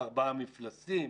ארבעה מפלסים.